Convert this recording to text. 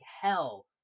hell